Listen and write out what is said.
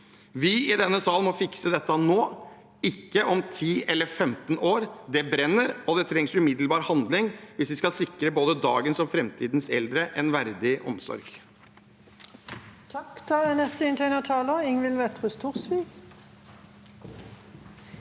Vi i denne salen må fikse dette nå, ikke om ti eller femten år. Det brenner, og det trengs umiddelbar handling hvis vi skal sikre både dagens og framtidens eldre en verdig omsorg.